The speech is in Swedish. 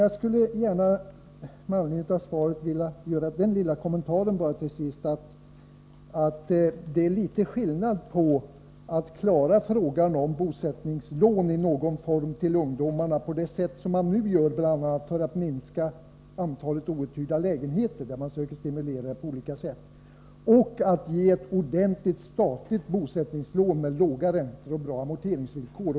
Jag vill med anledning av svaret till sist bara göra den kommentaren, att det är litet skillnad på att klara frågan om bosättningslån i någon form till ungdomarna genom att på olika sätt försöka stimulera till ett ökat bosparande, bl.a. för att minska antalet outhyrda lägenheter, och att göra det genom att ge dem ett ordentligt statligt bosättningslån med låg ränta och bra amorteringsvillkor.